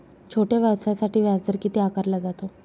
छोट्या व्यवसायासाठी व्याजदर किती आकारला जातो?